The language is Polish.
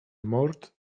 mord